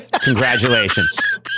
Congratulations